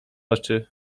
oczy